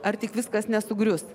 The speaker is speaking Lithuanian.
ar tik viskas nesugrius